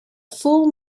full